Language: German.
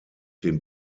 dem